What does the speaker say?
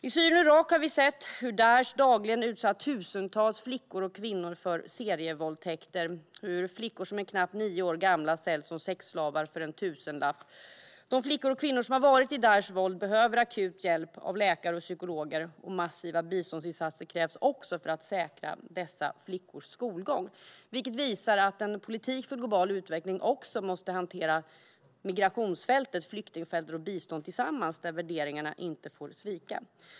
I Syrien och Irak har vi sett hur Daish dagligen utsatt tusentals flickor och kvinnor för serievåldtäkter och hur flickor som är knappt är nio år gamla säljs som sexslavar för en tusenlapp. De flickor och kvinnor som har varit Daishs våld behöver akut hjälp av läkare och psykologer. Massiva biståndsinsatser krävs också för att säkra dessa flickors skolgång. Detta visar att en politik för global utveckling också måste hantera migrationsfältet, flyktingfältet och biståndet tillsammans, där värderingarna inte får svika.